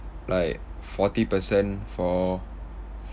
like forty percent for